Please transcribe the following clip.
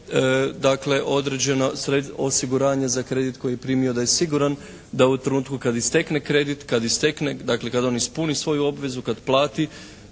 dakle određena osiguranja za kredit koji je primio, da je siguran da u trenutku kada istekne kredit, kada istekne dakle kad on ispuni svoju obvezu, kad plati